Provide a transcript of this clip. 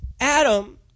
Adam